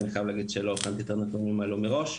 אני חייב להגיד שלא הכנתי את הנתונים האלה מראש.